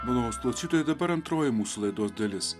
malonūs klausytojai dabar antroji mūsų laidos dalis